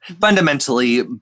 Fundamentally